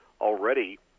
already